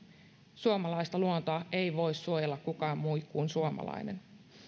suomalaista luontoa ei voi suojella kukaan muu kuin suomalainen